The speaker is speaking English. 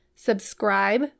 subscribe